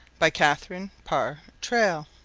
by catharine parr traill